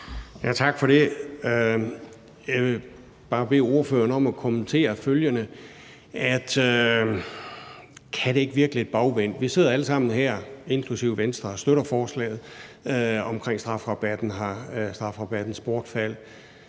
Tak for det. Jeg vil bare bede ordføreren om at kommentere følgende: Kan det ikke virke lidt bagvendt? Vi sidder alle sammen her, inklusive Venstre, og støtter forslaget om strafrabattens bortfald. Det